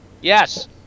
yes